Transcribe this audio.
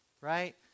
right